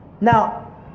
Now